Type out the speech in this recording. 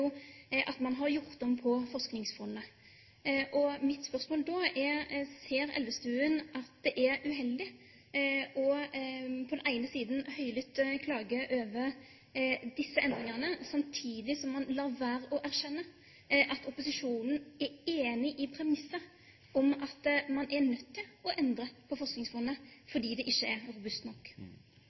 at man har gjort om på Forskningsfondet. Så da er mitt spørsmål: Ser Elvestuen at det er uheldig på den ene siden å høylytt klage på disse endringene, samtidig som man lar være å erkjenne at opposisjonen er enig i premisset om at man er nødt til å endre på Forskningsfondet fordi det ikke er robust nok?